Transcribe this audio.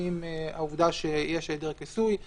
לפעמים העובדה שיש העדר כיסוי היא